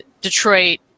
Detroit